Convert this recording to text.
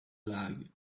lag